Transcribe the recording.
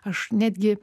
aš netgi